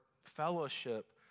fellowship